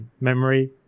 memory